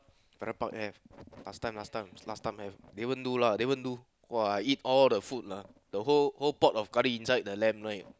Farrer-Park have last time last time last time have Davon do lah Davon do !wah! I eat all the food lah the whole whole pot of curry inside the lamb right